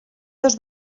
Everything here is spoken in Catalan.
dos